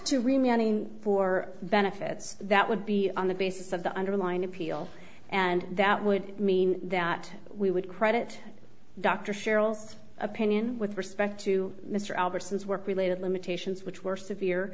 to remaining for benefits that would be on the basis of the underlying appeal and that would mean that we would credit dr sheryl's opinion with respect to mr albertson's work related limitations which were severe